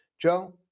Joe